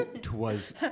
Twas